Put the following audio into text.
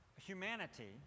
Humanity